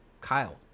kyle